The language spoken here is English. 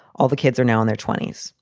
all the kids are now in their twenty s.